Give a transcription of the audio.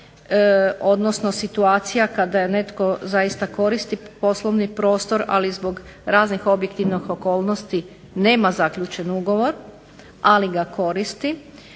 odnosno situacija kada netko stvarno koristi poslovni prostor ali zbog raznih objektivnih okolnosti nema zaključen ugovor ali ga koristi,